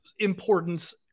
importance